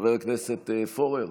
חבר הכנסת פורר,